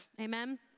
Amen